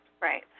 Right